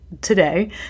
today